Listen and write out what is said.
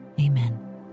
Amen